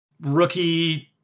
rookie